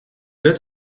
that